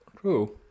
True